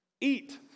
eat